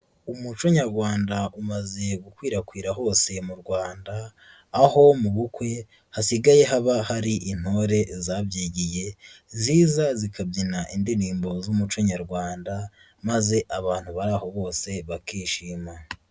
Umuco nyarwanda umaze gukwirakwira hose mu Rwanda aho mu bukwe hasigaye haba hari intore zabyigiye ziza zikabyina indirimbo z'umuco nyarwanda maze abantu bari aho bose bakishima.